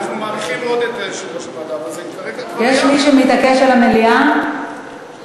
מה זה ייתן במליאה, בוועדת הפנים, אפשר לדבר שם.